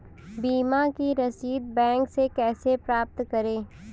बीमा की रसीद बैंक से कैसे प्राप्त करें?